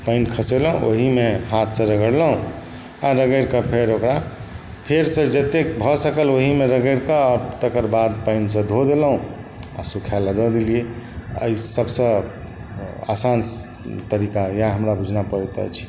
पानि खसेलहुँ ओहीमे हाथसँ रगड़लहुँ आ रगड़ि कऽ फेर ओकरा फेरसँ जतेक भऽ सकल ओहीमे रगड़ि कऽ आ तकर बाद पानिसँ धो देलहुँ आ सुखाए लए दऽ देलियै एहि सभसँ आसान तरीका इएह हमरा बुझना पड़ैत अछि